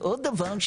ועוד דבר,